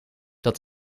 dat